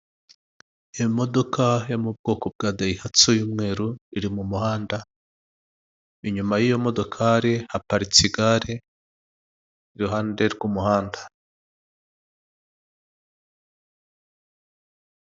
Imodoka yo mu bwoko bwa dayihatso y'umweru iri mu muhanda, inyuma y'iyo modokari haparitse igare iruhande rw'umuhanda.